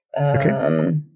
Okay